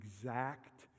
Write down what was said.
exact